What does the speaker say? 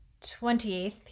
28th